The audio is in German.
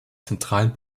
zentralen